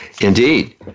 Indeed